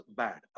bad